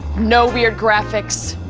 no weird graphics.